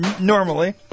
normally